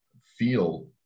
feel